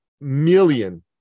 million